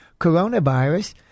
coronavirus